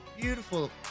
beautiful